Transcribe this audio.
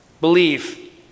Believe